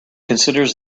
considers